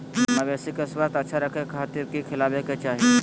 मवेसी के स्वास्थ्य अच्छा रखे खातिर की खिलावे के चाही?